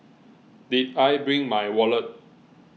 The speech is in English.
did I bring my wallet